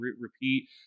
repeat